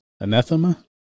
Anathema